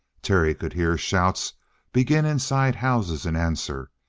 terry could hear shouts begin inside houses in answer,